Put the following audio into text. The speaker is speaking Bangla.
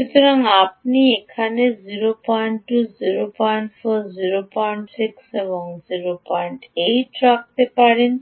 সুতরাং আপনি এখানে 02 04 06 এবং 08 রাখতে পারেন